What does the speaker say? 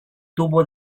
tuvo